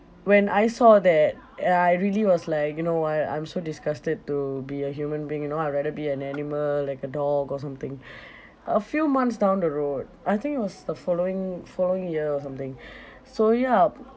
when I saw that uh I really was like you know what I'm so disgusted to be a human being you know I rather be an animal like a dog or something a few months down the road I think it was the following following year or something so yup